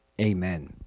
amen